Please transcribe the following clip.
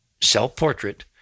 self-portrait